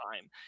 time